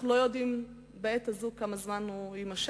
אנחנו לא יודעים בעת הזאת כמה זמן הוא יימשך,